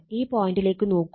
ഈ പോയന്ററിലേക്ക് നോക്കൂ